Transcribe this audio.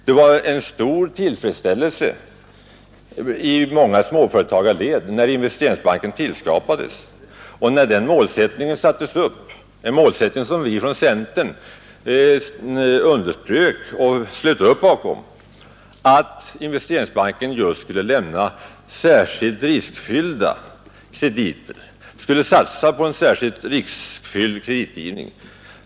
Det var en stor tillfredsställelse i djupa småföretagarled, när Investeringsbanken tillskapades och när den målsättningen slogs fast — en målsättning som vi från centern slöt upp bakom — att Investeringsbanken just skulle lämna speciella krediter och skulle satsa på en särskilt riskfylld kreditgivning.